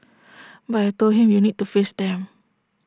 but I Told him you need to face them